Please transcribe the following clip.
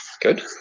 Good